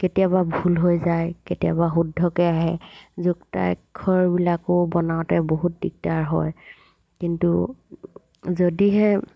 কেতিয়াবা ভুল হৈ যায় কেতিয়াবা শুদ্ধকৈ আহে যুক্তক্ষৰবিলাকো বনাওঁতে বহুত দিগদাৰ হয় কিন্তু যদিহে